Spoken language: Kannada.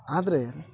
ಆದರೆ